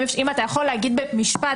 אם אתה יכול להגיד במשפט,